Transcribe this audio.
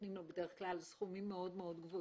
נותנים לו בדרך כלל סכומים מאוד מאוד גבוהים.